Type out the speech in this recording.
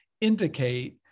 indicate